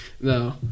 No